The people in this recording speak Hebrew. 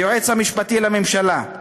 היועץ המשפטי לממשלה,